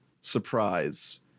surprise